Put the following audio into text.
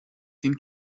den